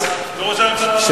והכי גרוע,